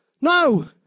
No